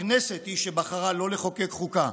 הכנסת היא שבחרה לא לחוקק חוקה.